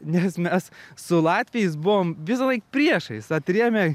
nes mes su latviais buvom visąlaik priešais atrėmę